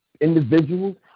individuals